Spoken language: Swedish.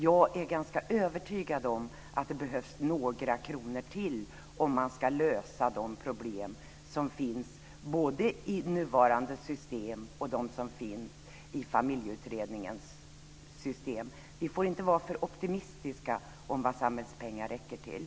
Jag är ganska övertygad om att det behövs några kronor till om man ska lösa de problem som finns både i nuvarande system och de som finns i Familjeutredningens system. Vi får inte vara för optimistiska om vad samhällets pengar räcker till.